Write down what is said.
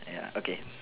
ya okay